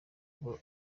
kuba